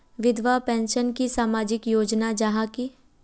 विधवा पेंशन की सामाजिक योजना जाहा की?